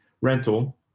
rental